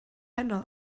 heno